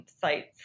sites